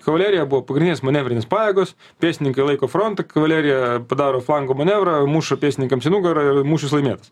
kavalerija buvo pagrindinis manevrinės pajėgos pėstininkai laiko frontą kavalerija padaro flangų manevrą muša pėstininkams į nugarą ir mūšis laimėtas